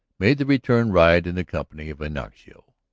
made the return ride in the company of ignacio.